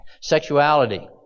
Sexuality